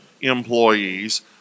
employees